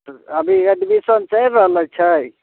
तऽ अभी एडमिशन चलि रहल छै